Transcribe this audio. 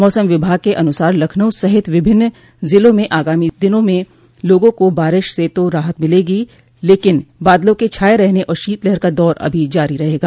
मौसम विभाग के अनुसार लखनऊ सहित विभिन्न जिलों में आगामी दिनों में लोगों को बारिश से तो राहत मिलेगी लेकिन बादलों के छाये रहने और शीतलहर का दौर अभी जारी रहेगा